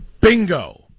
Bingo